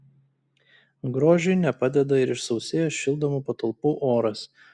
grožiui nepadeda ir išsausėjęs šildomų patalpų oras